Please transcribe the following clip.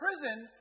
prison